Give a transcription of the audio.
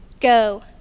go